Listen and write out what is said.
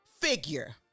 figure